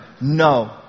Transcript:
No